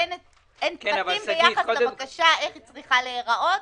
אין טפסים ביחס לבקשה, איך היא צריכה להיראות.